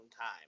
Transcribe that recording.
time